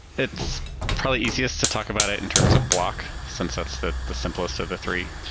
it's probably easiest to talk about it in terms of block since that's the the simplest of the three.